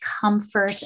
comfort